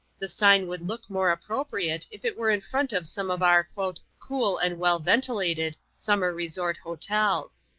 the sign would look more appropriate if it were in front of some of our cool and well-ventilated summer-resort hotels.